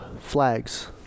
flags